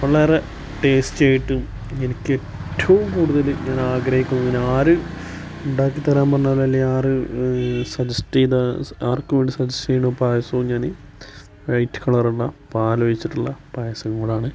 വളരെ ടേസ്റ്റി ആയിട്ടും എനിക്കേറ്റോം കൂടുതൽ ഞാൻ ആഗ്രഹിക്കുന്നത് ആര് ഉണ്ടാക്കി തരാന്ന് പറഞ്ഞാലും അല്ലെലാര് സജസ്റ്റ ചെയ്ത ആർക്ക് വേണ്ടി സജസ്റ് ചെയ്യണ പായസോം ഞാൻ വൈറ്റ് കളറുള്ള പാലൊഴിച്ചിട്ടുള്ള പായസ്സങ്ങളാണ്